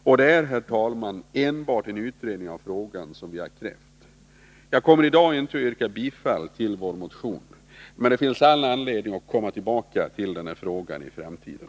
Och det är, herr talman, enbart en utredning av frågan som vi har krävt. Jag kommer i dag inte att yrka bifall till vår motion, men det finns all anledning att komma tillbaka till den här frågan i framtiden.